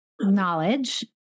knowledge